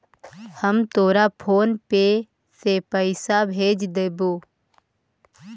हम तोरा PhonePe से पईसा भेज देबो